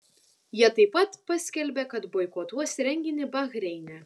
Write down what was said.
jie taip pat paskelbė kad boikotuos renginį bahreine